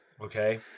okay